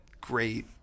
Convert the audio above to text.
great